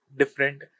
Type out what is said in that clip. different